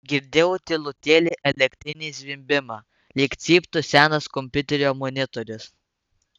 girdėjau tylutėlį elektrinį zvimbimą lyg cyptų senas kompiuterio monitorius